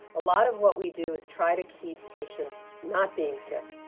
a lot of what we do is try to keep patients not being sick,